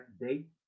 date